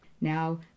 now